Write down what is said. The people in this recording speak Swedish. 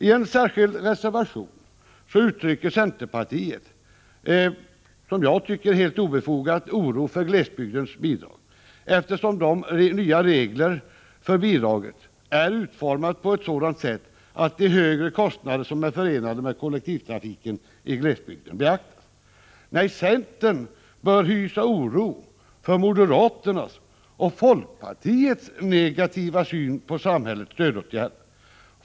I en särskild reservation uttrycker centerpartiet en, som jag tycker, helt obefogad oro för glesbygdens bidrag, eftersom de nya bidragsreglerna är utformade på ett sådant sätt att de högre kostnader som är förenade med kollektivtrafiken i glesbygden beaktas. Nej, centern bör hysa oro för moderaternas och folkpartiets negativa syn på samhällets stödåtgärder.